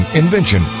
invention